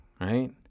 right